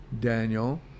daniel